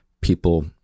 people